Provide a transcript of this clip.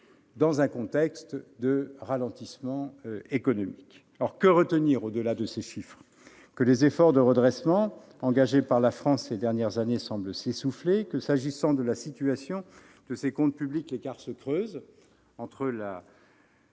dans un contexte de ralentissement économique. Que retenir au-delà de ces chiffres ? Les efforts de redressement engagés par la France ces dernières années semblent s'essouffler. S'agissant de la situation de ses comptes publics, l'écart se creuse entre notre